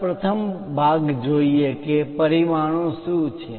ચાલો પ્રથમ ભાગ જોઈએ કે પરિમાણો શું છે